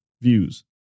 views